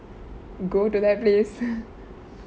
go to the place